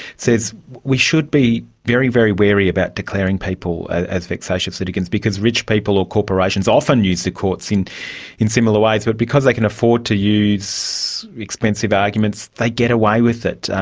says we should be very, very wary about declaring people as vexatious litigants because rich people or corporations often use the courts in in similar ways, but because they can afford to use expensive arguments they get away with it,